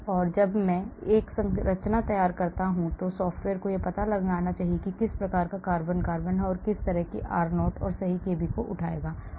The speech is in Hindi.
इसलिए जब मैं एक संरचना तैयार करता हूं तो सॉफ्टवेयर को यह पता लगाना चाहिए कि यह किस प्रकार का कार्बन कार्बन है और फिर यह सही r0 और सही kb को उठाएगा और ऊर्जा की गणना करेगा